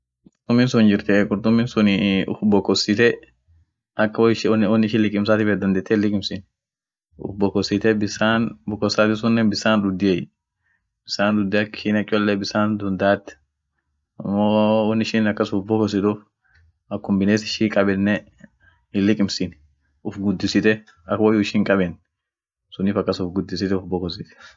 Qurtumi sun hinjirtiey qurtumi sunii uf bokosite ak woishin won-won ishin likimsati feet dandeete hin likimsin, uff bokosite bisan bokosati sun bisan duddiey bisan dudde ak ishin ak cholle bisan sun daad amoo won ishin akas uff bokosituff akum biness ishi hinkabenne hinlikimsin uf guddise ak woyyu ishi hinkaben sunnif aks uff guddisite uff bokosit.